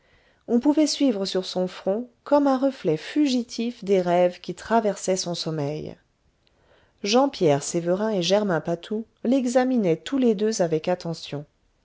on pouvait suivre sur son front comme un reflet fugitif des rêves qui traversaient son sommeil jean pierre sévérin et germain patou l'examinaient tous les deux avec attention